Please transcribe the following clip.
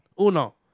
Uno